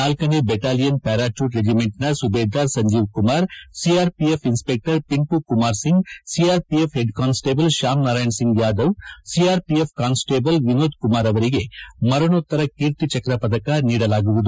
ನಾಲ್ಲನೇ battalion parachute ರೆಜಿಮೆಂಟ್ನ Subedar Sanjeev Kumar CRPF inspector Pintu Kumar Singh CRPF head constable Shyam Narayan Singh Yadav CRPF constable Vinod Kumar ಅವರಿಗೆ ಮರಣೋತ್ತರ ಕೀರ್ತಿ ಚಕ್ರ ಪದಕ ನೀಡಲಾಗುವುದು